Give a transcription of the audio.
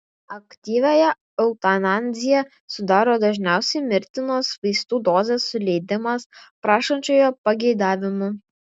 aktyviąją eutanaziją sudaro dažniausiai mirtinos vaistų dozės suleidimas prašančiojo pageidavimu